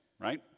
right